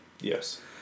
Yes